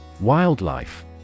Wildlife